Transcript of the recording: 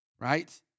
Right